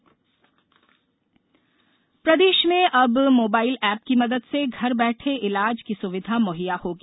mobile app प्रदेश में अब मोबाईल एप्प की मदद से घर बैठे ईलाज की सुविधा मुहैया होगी